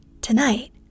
Tonight